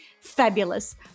fabulous